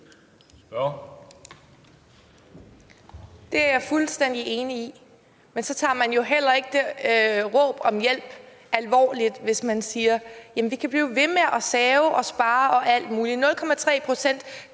Det er jeg fuldstændig enig i. Men man tager jo så heller ikke det råb om hjælp alvorligt, hvis man siger, at de kan blive ved med at save, spare og alt muligt. 0,3 pct.